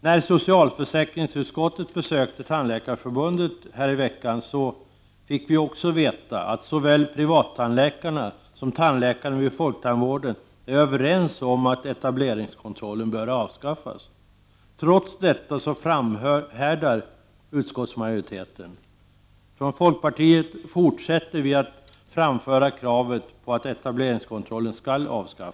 När socialförsäkringsutskottet i veckan besökte Tandläkarförbundet fick vi också veta att såväl privattandläkarna som tandläkarna vid folktandvården är överens om att etableringskontrollen bör avskaffas. Trots detta fram härdar utskottsmajoriteten. Från folkpartiet fortsätter vi att framföra kravet — Prot. 1989/90:27 på att etableringskontrollen skall avskaffas.